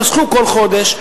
חסכו כל חודש,